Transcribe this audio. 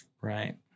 Right